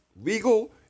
legal